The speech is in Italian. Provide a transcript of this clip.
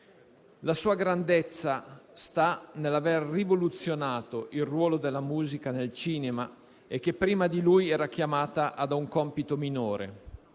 La sua grandezza sta nell'aver rivoluzionato il ruolo della musica nel cinema, che prima di lui era chiamata a un compito minore.